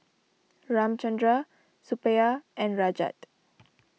Ramchundra Suppiah and Rajat